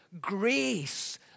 grace